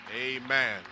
amen